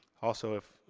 also if,